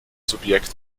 subjekt